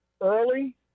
early